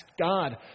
God